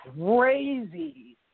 crazy